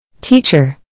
Teacher